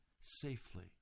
safely